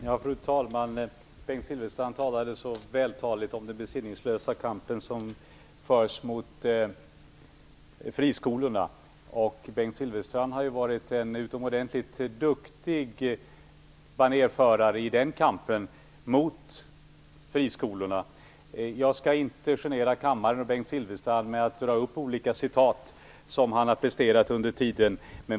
Fru talman! Bengt Silfverstrand talade så väl om den besinningslösa kamp som förs mot friskolorna. Bengt Silfverstrand har ju varit en utomordentligt duktig banerförare i kampen mot friskolorna. Jag skall inte genera kammaren och Bengt Silfverstrand med att dra upp olika citat ur det han har presterat under åren.